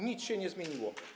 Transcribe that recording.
Nic się nie zmieniło.